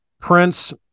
Prince